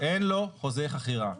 אין לו חוזה חכירה.